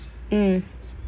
mm